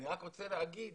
אני רק רוצה להגיד